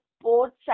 sports